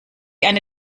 eine